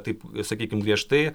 taip sakykim griežtai